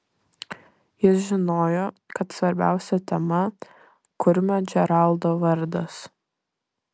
jis žinojo kad svarbiausia tema kurmio džeraldo vardas